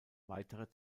weitere